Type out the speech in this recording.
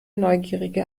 neugierige